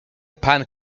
pan